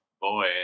boy